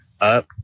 up